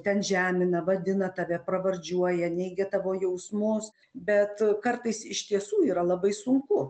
ten žemina vadina tave pravardžiuoja neigia tavo jausmus bet kartais iš tiesų yra labai sunku